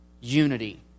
unity